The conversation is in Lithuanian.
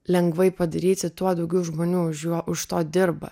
lengvai padaryti tuo daugiau žmonių už juo už to dirba